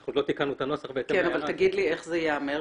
אנחנו לא תיקנו את הנוסח בהתאם --- אבל תגיד לי איך זה ייאמר,